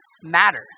matter